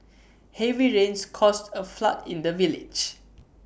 heavy rains caused A flood in the village